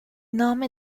nome